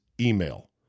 email